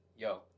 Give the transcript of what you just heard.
Yo